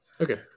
Okay